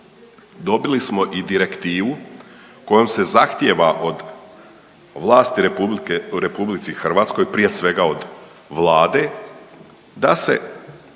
dobili smo i direktivu kojom se zahtjeva od vlasti u RH prije svega od vlade da se